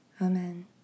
Amen